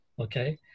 okay